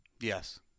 Yes